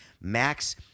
Max